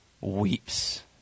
weeps